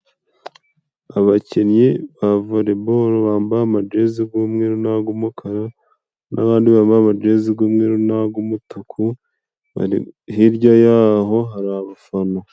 Abakinnyi ba voreboro bambaye amajezi g'umweru na g'umukara, n'abandi bambaye amagezi g'umweru na g'umutuku, hirya yaho hari abafana.